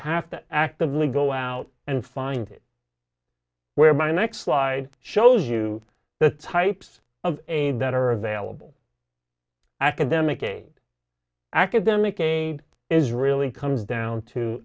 have to actively go out and find it where my next slide shows you the types of aid that are available academic aid academic aid is really comes down to